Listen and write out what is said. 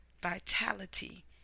vitality